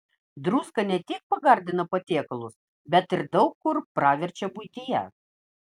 druska ne tik pagardina patiekalus bet ir daug kur praverčia buityje